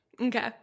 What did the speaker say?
okay